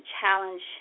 challenge